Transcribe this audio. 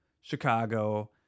Chicago